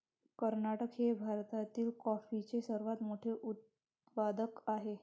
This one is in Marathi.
कर्नाटक हे भारतातील कॉफीचे सर्वात मोठे उत्पादक आहे